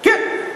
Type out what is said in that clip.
כן.